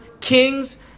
kings